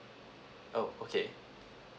oh okay